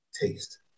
taste